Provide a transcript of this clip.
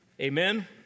amen